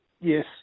yes